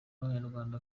n’abanyarwanda